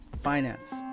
finance